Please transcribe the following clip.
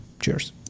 cheers